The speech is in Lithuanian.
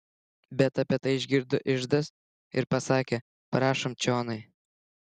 bet apie tai išgirdo iždas ir pasakė prašom čionai